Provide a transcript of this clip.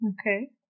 Okay